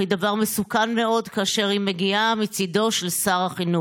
היא דבר מסוכן מאוד כאשר היא מגיעה מצידו של שר החינוך.